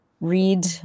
read